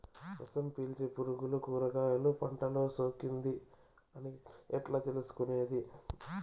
రసం పీల్చే పులుగులు కూరగాయలు పంటలో సోకింది అని ఎట్లా తెలుసుకునేది?